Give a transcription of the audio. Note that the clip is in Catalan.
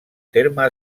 terme